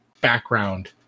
background